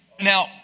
Now